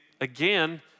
again